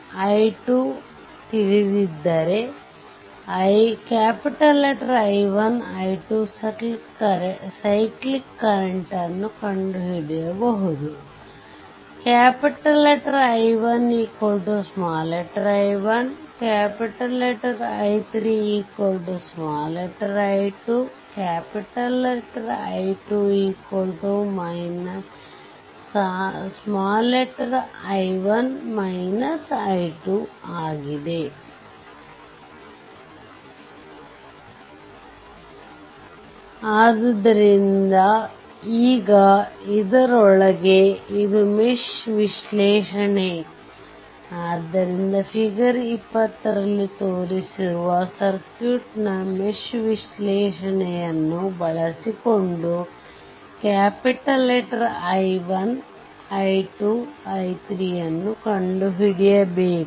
i1i2 ತಿಳಿದಿದ್ದರೆ I1 I2 cyclic current ನ್ನು ಕಂಡು ಹಿಡಿಯಬಹುದು I1 i1 I3i2 I2 i1 i2 ಆಗಿದೆ ಆದ್ದರಿಂದ ಈಗ ಇದರೊಳಗೆ ಇದು ಮೆಶ್ ವಿಶ್ಲೇಷಣೆ ಆದ್ದರಿಂದ ಫಿಗರ್ 20 ನಲ್ಲಿ ತೋರಿಸಿರುವ ಸರ್ಕ್ಯೂಟ್ನಮೆಶ್ ವಿಶ್ಲೇಷಣೆಯನ್ನು ಬಳಸಿಕೊಂಡುI1 I2 I3 ಅನ್ನು ಕಂಡುಹಿಡಿಯಬೇಕು